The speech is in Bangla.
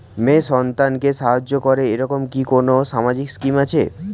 মেয়ে সন্তানকে সাহায্য করে এরকম কি কোনো সামাজিক স্কিম আছে?